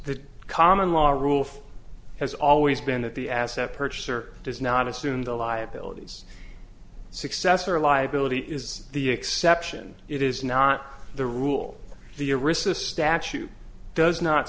the common law rule has always been that the asset purchaser does not assume the liabilities successor liability is the exception it is not the rule the aristos statute does not